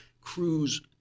Cruz